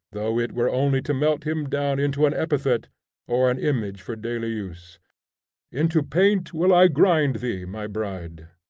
though it were only to melt him down into an epithet or an image for daily use into paint will i grind thee, my bride!